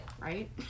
right